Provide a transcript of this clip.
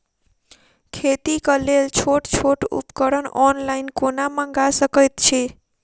खेतीक लेल छोट छोट उपकरण ऑनलाइन कोना मंगा सकैत छी?